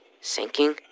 sinking